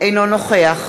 אינו נוכח